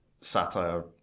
satire